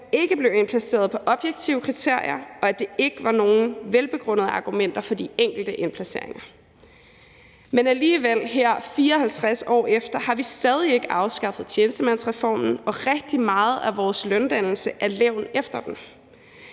ikke blev indplaceret ud fra objektive kriterier og der ikke var nogen velbegrundede argumenter for de enkelte indplaceringer. Men alligevel har vi her 54 år efter stadig ikke afskaffet tjenestemandsreformen, og rigtig meget af vores løndannelse er levn efter den.